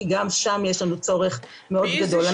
כי גם שם יש לנו צורך מאוד גדול.